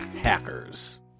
hackers